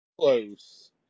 close